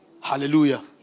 Hallelujah